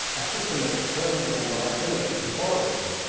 a system of terminable liability for borrowers,